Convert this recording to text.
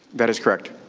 that is correct.